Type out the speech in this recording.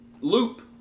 loop